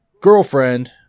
girlfriend